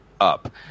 up